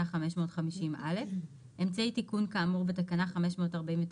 550(א); אמצעי תיקון כאמור בתקנה 549